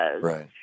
Right